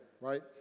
right